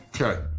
Okay